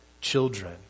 children